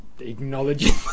acknowledging